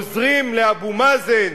עוזרים לאבו מאזן,